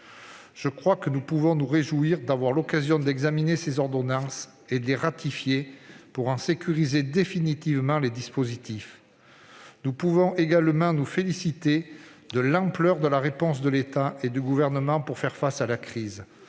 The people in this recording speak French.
la crise. Nous pouvons nous réjouir, je crois, d'avoir l'occasion d'examiner ces ordonnances et de les ratifier afin d'en sécuriser définitivement les dispositifs. Nous pouvons également nous féliciter de l'ampleur de la réponse de l'État et du Gouvernement pour faire face à ta crise.